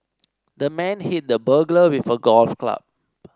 the man hit the burglar with a golf club